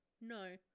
No